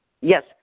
Yes